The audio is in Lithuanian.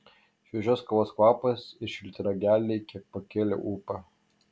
šviežios kavos kvapas ir šilti rageliai kiek pakėlė ūpą